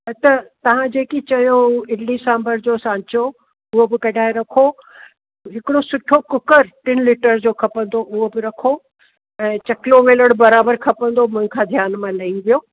हा त तव्हां जेकी चयो इडली सांभर जो सांचो उहो बि कढाए रखो हिकिड़ो सुठो कुकर टिनि लीटर जो खपंदो उहो बि रखो ऐं चकिलो वेलण बराबरि खपंदो मूंखां ध्यानु मां लही वियो